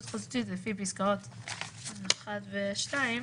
שעניינן שמירת מרחק המוטלות על הציבור -- אני מודה שלדוגמה